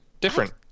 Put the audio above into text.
different